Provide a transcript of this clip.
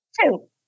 two